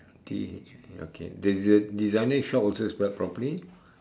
T H okay the desi~ the designer shop also spelt properly